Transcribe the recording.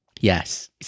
yes